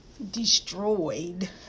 destroyed